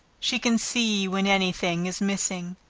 she can see when any thing is missing.